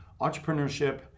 entrepreneurship